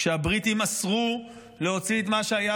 כשהבריטים אסרו להוציא את מה שהיה,